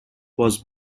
was